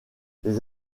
les